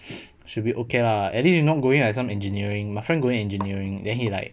should be okay lah at least you not going like some engineering my friend going engineering then he like